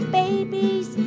babies